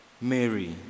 Mary